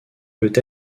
peut